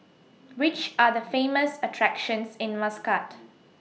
Which Are The Famous attractions in Muscat